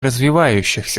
развивающихся